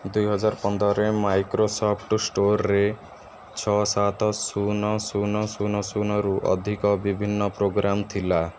ଦୁଇହଜାର ପନ୍ଦରରେ ମାଇକ୍ରୋସଫ୍ଟ ଷ୍ଟୋର୍ରେ ଛଅ ସାତ ଶୂନ ଶୂନ ଶୂନ ଶୂନରୁ ଅଧିକ ବିଭିନ୍ନ ପ୍ରୋଗ୍ରାମ୍ ଥିଲା